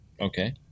Okay